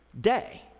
day